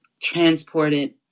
transported